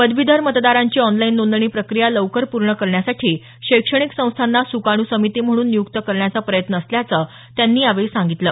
पदवीधर मतदारांची ऑनलाईन नोंदणी प्रक्रिया लवकर पूर्ण करण्यासाठी शैक्षणिक संस्थाना स्काणू समिती म्हणून नियुक्त करण्याचा प्रयत्न असल्याचं त्यांनी यावेळी सांगितलं